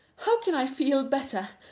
how can i feel better?